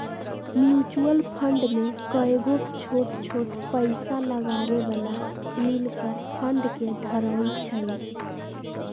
mutual fund में कयगो छोट छोट पइसा लगाबे बला मिल कऽ फंड के धरइ छइ